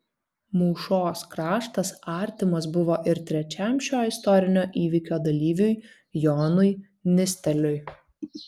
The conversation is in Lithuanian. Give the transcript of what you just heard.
mūšos kraštas artimas buvo ir trečiam šio istorinio įvykio dalyviui jonui nisteliui